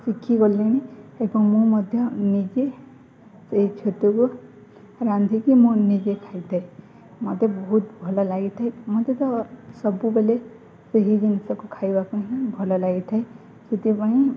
ଶିଖି ଗଲିଣି ଏବଂ ମୁଁ ମଧ୍ୟ ନିଜେ ସେହି ଛତୁକୁ ରାନ୍ଧିକି ମୁଁ ନିଜେ ଖାଇଥାଏ ମୋତେ ବହୁତ ଭଲ ଲାଗିଥାଏ ମୋତେ ତ ସବୁବେଳେ ସେହି ଜିନିଷକୁ ଖାଇବାକୁ ହିଁ ଭଲ ଲାଗିଥାଏ ସେଥିପାଇଁ